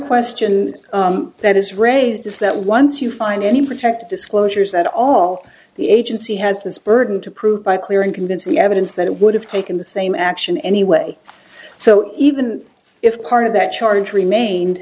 question that is raised is that once you find any protective disclosures that all the agency has this burden to prove by clear and convincing evidence that it would have taken the same action anyway so even if part of that charge remained